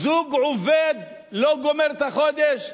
זוג עובד לא גומר את החודש.